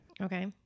Okay